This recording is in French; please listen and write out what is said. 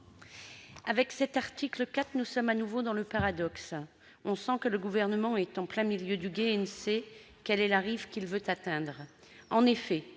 avec cet article 4, nous sommes de nouveau dans le paradoxe. On sent que le Gouvernement est en plein milieu du gué et ne sait quelle est la rive qu'il veut atteindre. En effet,